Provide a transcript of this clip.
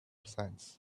sands